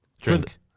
Drink